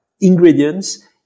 ingredients